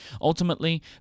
Ultimately